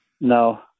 No